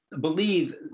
believe